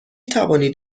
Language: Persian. توانید